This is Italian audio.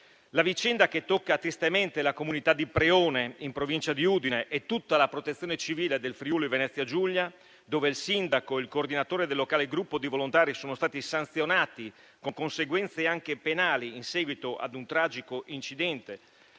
La vicenda che tocca tristemente la comunità di Preone, in provincia di Udine, e tutta la Protezione civile del Friuli-Venezia Giulia, dove il sindaco e il coordinatore del locale gruppo di volontari sono stati sanzionati, con conseguenze anche penali, in seguito a un tragico incidente,